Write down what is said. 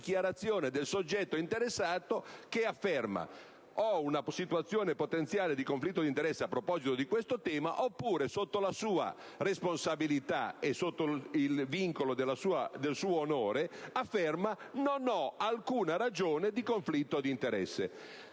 del soggetto interessato, che afferma di avere una situazione potenziale di conflitto d'interesse a proposito di questo tema oppure, sotto la sua responsabilità e sotto il vincolo del suo onore, di non avere alcuna ragione di conflitto d'interesse.